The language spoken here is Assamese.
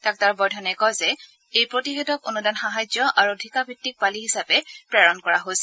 ডাঃ বৰ্ধনে কয় যে এই প্ৰতিষেধক অনুদান সাহায্য আৰু ঠিকাভিত্তিক পালি হিচাপে প্ৰেৰণ কৰা হৈছে